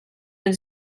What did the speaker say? been